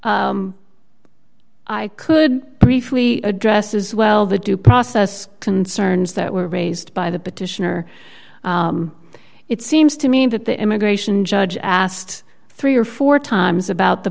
welcome i could briefly address as well the due process concerns that were raised by the petitioner it seems to me that the immigration judge asked three or four times about the